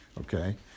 okay